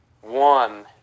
One